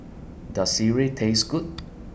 Does Sireh Taste Good